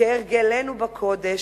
כהרגלנו בקודש,